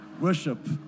worship